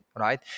Right